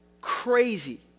crazy